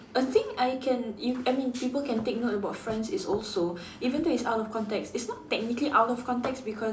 a thing I can if I mean people can take note about friends is also even though it's out of context it's not technically out of context because